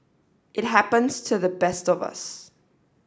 it happens to the best of us